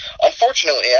Unfortunately